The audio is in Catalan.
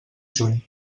juny